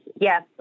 Yes